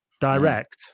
Direct